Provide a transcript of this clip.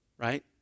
right